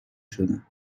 شدم